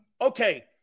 Okay